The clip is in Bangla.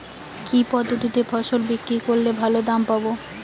কি পদ্ধতিতে ফসল বিক্রি করলে ভালো দাম পাব?